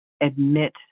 admit